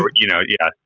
but you know, yeah,